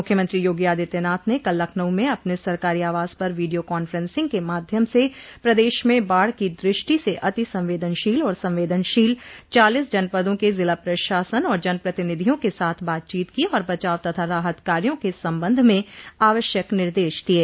मुख्यमंत्री योगी आदित्यनाथ ने कल लखनऊ में अपने सरकारी आवास पर वीडियो कान्फेसिंग के माध्यम से प्रदेश में बाढ़ की दृष्टि से अतिसंवेदनशील और संवेदनशील चालीस जनपदों के जिला प्रशासन और जन प्रतिनिधियों के साथ बातचीत की और बचाव तथा राहत कार्यो के सम्बन्ध में आवश्यक निर्देश दिये